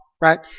right